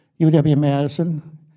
UW-Madison